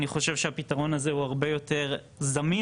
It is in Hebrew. אני חושב שהפתרון הזה הוא הרבה יותר זמין